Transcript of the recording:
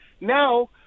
Now